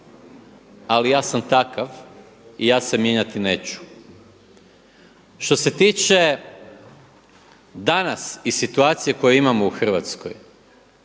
Ali ja sam takav i ja se mijenjati neću. Što se tiče danas i situacije koju imamo u Hrvatskoj,